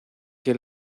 que